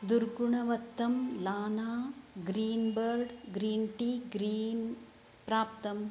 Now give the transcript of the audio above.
दुर्गुणवत्तं लाना green bird green tea green प्राप्तम्